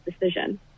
decision